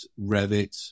Revit